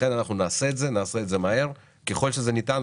אנחנו נעשה את זה מהר ככל הניתן.